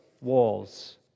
walls